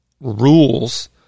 rules